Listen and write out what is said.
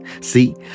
see